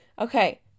Okay